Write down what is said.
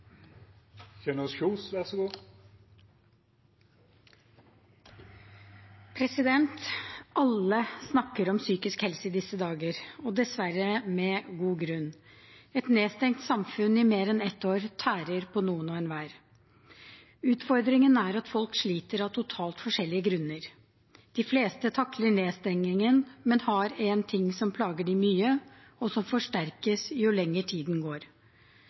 dessverre med god grunn. Et nedstengt samfunn i mer enn ett år tærer på noen hver. Utfordringen er at folk sliter av totalt forskjellige grunner. De fleste takler nedstengingen, men har en ting som plager dem mye, og som forsterkes jo lenger tid det går.